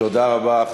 תודה רבה.